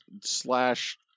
slash